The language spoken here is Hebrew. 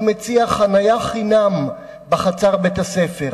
והוא מציע חנייה חינם בחצר בית-הספר.